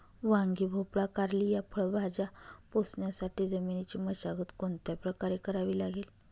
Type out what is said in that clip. वांगी, भोपळा, कारली या फळभाज्या पोसण्यासाठी जमिनीची मशागत कोणत्या प्रकारे करावी लागेल?